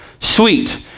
sweet